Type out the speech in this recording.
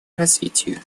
развитию